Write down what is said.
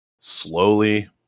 slowly